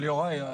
אבל יוראי,